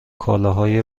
کالاهای